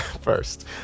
First